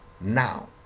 now